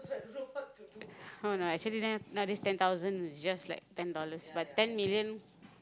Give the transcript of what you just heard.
come on lah nowadays ten thousand is just like ten dollars but ten million